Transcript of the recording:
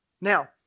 Now